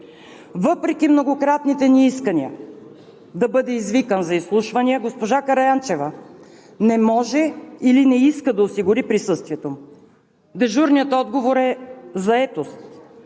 Въпреки многократните ни искания да бъде извикан за изслушвания, госпожа Караянчева не може или не иска да осигури присъствието му. Дежурният отговор е: заетост.